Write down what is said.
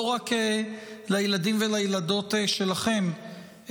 לא רק לילדים ולילדות שלכן,